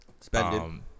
spending